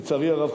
לצערי הרב,